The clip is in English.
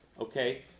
Okay